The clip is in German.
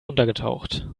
untergetaucht